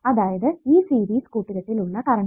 അതായത് ഈ സീരിസ് കൂട്ടുകെട്ടിൽ ഉള്ള കറണ്ട്